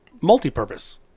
multi-purpose